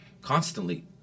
Constantly